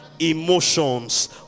emotions